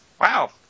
Wow